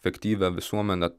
fektyvią visuomenę